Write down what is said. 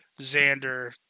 Xander